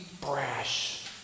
brash